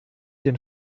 den